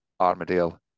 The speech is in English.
Armadale